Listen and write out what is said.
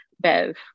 bev